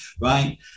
right